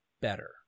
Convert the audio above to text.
better